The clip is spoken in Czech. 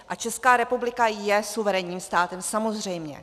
A Česká republika je suverénním státem, samozřejmě.